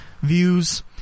views